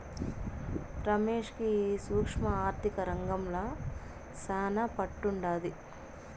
రమేష్ కి ఈ సూక్ష్మ ఆర్థిక రంగంల శానా పట్టుండాది